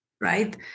right